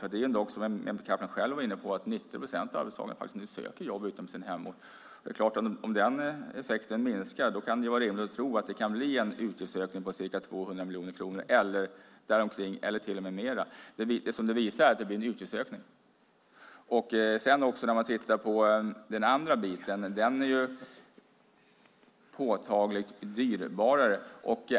Som Mehmet Kaplan själv var inne på söker nu 90 procent av de arbetslösa jobb utom sin hemort. Om den effekten minskar kan det vara rimligt att tro att det kan bli en utgiftsökning på 200 miljoner kronor och däromkring eller till och med mer. Det som det visar är att det blir en utgiftsökning. Om man tittar på den andra biten är den påtagligt dyrare.